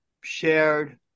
shared